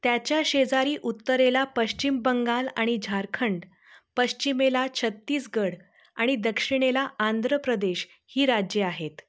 त्याच्या शेजारी उत्तरेला पश्चिम बंगाल आणि झारखंड पश्चिमेला छत्तीसगड आणि दक्षिणेला आंध्र प्रदेश ही राज्ये आहेत